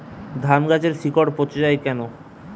ধানগাছের শিকড় পচে য়ায় কেন?